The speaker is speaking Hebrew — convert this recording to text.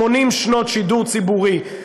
80 שנות שידור ציבורי.